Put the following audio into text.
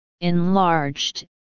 enlarged